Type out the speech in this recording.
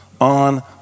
on